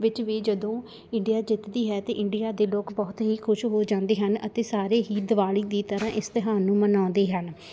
ਵਿੱਚ ਵੀ ਜਦੋਂ ਇੰਡੀਆ ਜਿੱਤਦੀ ਹੈ ਤਾਂ ਇੰਡੀਆ ਦੇ ਲੋਕ ਬਹੁਤ ਹੀ ਖੁਸ਼ ਹੋ ਜਾਂਦੇ ਹਨ ਅਤੇ ਸਾਰੇ ਹੀ ਦਿਵਾਲੀ ਦੀ ਤਰ੍ਹਾਂ ਇਸ ਤਿਉਹਾਰ ਨੂੰ ਮਨਾਉਂਦੇ ਹਨ